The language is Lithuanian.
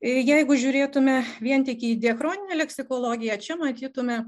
ir jeigu žiūrėtume vien tik į diachroninę leksikologiją čia matytume